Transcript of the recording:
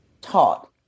taught